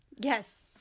Yes